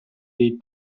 dei